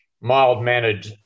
mild-mannered